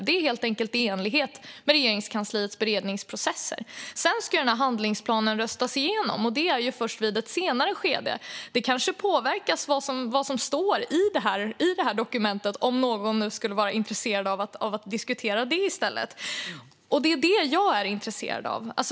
Det är helt enkelt i enlighet med Regeringskansliets beredningsprocesser. Sedan ska handlingsplanen röstas igenom, och det är först i ett senare skede. Det kanske påverkar vad som står i dokumentet, om nu någon skulle vara intresserad av att diskutera det i stället. Det är innehållet jag är intresserad av.